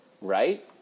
right